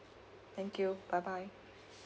thank you bye bye